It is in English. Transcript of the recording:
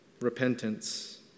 repentance